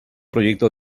proyecto